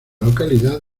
localidad